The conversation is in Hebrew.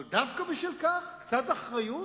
אבל דווקא בשל כך, קצת אחריות,